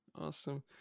awesome